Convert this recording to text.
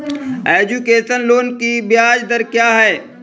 Education loan की ब्याज दर क्या है?